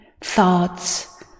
thoughts